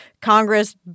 Congress